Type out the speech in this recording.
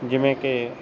ਜਿਵੇਂ ਕਿ